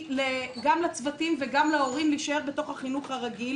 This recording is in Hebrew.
אפשרי גם לצוותים וגם להורים להישאר בתוך החינוך הרגיל,